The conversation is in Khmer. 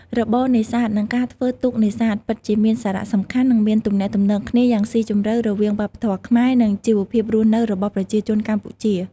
របរនេសាទ និងការធ្វើទូកនេសាទ ពិតជាមានសារៈសំខាន់ និងមានទំនាក់ទំនងគ្នាយ៉ាងស៊ីជម្រៅរវាងវប្បធម៌ខ្មែរ និងជីវភាពរស់នៅរបស់ប្រជាជនកម្ពុជា។